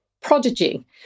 prodigy